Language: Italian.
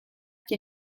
che